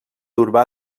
urbà